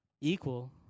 Equal